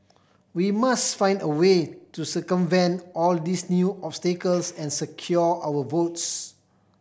we must find a way to circumvent all these new obstacles and secure our votes